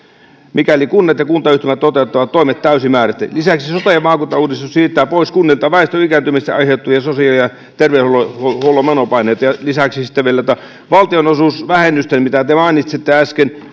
mikäli kunnat ja kuntayhtymät toteuttavat toimet täysimääräisesti lisäksi sote ja maakuntauudistus siirtää pois kunnilta väestön ikääntymisestä aiheutuvat sosiaali ja terveydenhuollon menopaineet ja lisäksi sitten vielä että valtionosuusvähennysten mitä te mainitsitte äsken